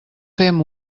fem